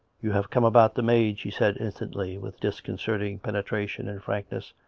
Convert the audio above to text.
you have come about the maid, she said instantly, with disconcerting penetration and frankness.